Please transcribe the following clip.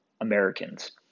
Americans